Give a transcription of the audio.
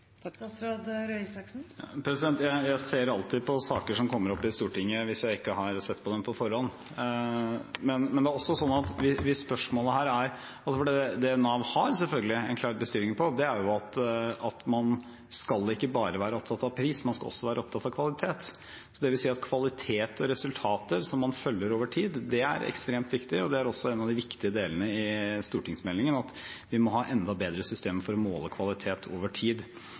Jeg ser alltid på saker som kommer opp i Stortinget hvis jeg ikke har sett på dem på forhånd. Det Nav selvfølgelig har en klar bestilling om, er at man ikke bare skal være opptatt av pris; man skal også være opptatt av kvalitet. Det vil si at kvalitet og resultater som man følger over tid, er ekstremt viktig, og det er også en av de viktige delene i stortingsmeldingen at vi må ha enda bedre systemer for å måle kvalitet over tid.